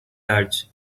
large